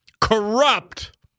corrupt